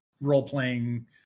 role-playing